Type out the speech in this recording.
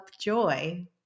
joy